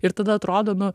ir tada atrodo nu